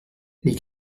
les